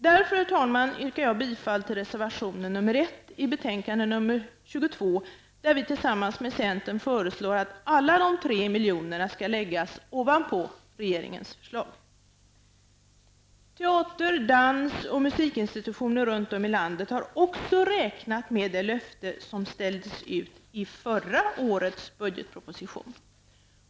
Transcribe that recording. Därför, herr talman, yrkar jag bifall till reservationen 1 i betänkandet nr 22, där vi tillsammans med centerpartiet föreslår att alla de 23 miljonerna skall läggas ovanpå regeringens förslag. Teater-, dans och musikinstitutioner runt om i landet har också räknat med det löfte som ställdes ut i förra årets budgetproposition.